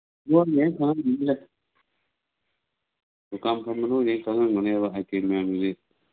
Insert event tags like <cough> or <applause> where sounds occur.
<unintelligible> ꯗꯨꯀꯥꯟ ꯐꯝꯕ ꯅꯣꯏꯅ ꯈꯪꯉꯝꯒꯅꯤꯕ ꯑꯥꯏꯇꯦꯝ ꯃꯌꯥꯝꯁꯤ